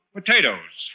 Potatoes